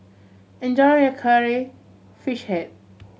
enjoy your Curry Fish Head